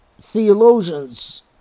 theologians